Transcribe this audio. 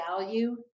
value